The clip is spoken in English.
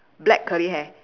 black curly hair